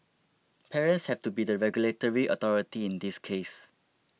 parents have to be the regulatory authority in this case